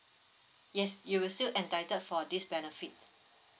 yes you will still entitled for this benefit